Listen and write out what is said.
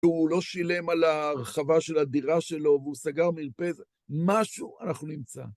שהוא לא שילם על הרחבה של הדירה שלו והוא סגר מרפסת... משהו אנחנו נמצא.